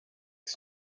did